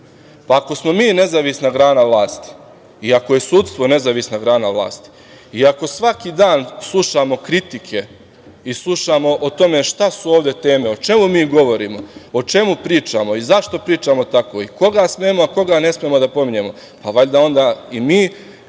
Pa, ako smo mi nezavisna grana vlasti i ako je sudstvo nezavisna grana vlasti i ako svaki dan slušamo kritike i slušamo o tome šta su ovde teme, o čemu mi govorimo, o čemu pričamo i zašto pričamo tako i koga smemo a koga ne smemo dapominjemo, pa valjda onda i mi